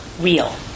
real